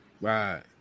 right